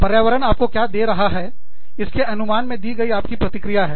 पर्यावरण आपको क्या दे रहा है इसके अनुमान में दी हुई आपकी प्रतिक्रिया है